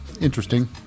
Interesting